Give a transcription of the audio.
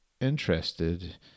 interested